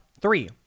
Three